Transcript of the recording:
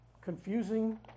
confusing